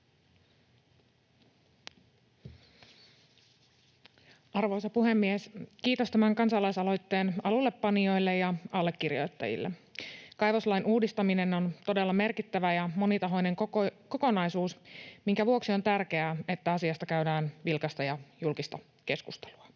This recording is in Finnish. Arvoisa puhemies! Kiitos tämän kansalaisaloitteen alullepanijoille ja allekirjoittajille. Kaivoslain uudistaminen on todella merkittävä ja monitahoinen kokonaisuus, minkä vuoksi on tärkeää, että asiasta käydään vilkasta ja julkista keskustelua.